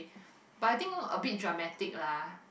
but I think a bit dramatic lah